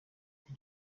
icyo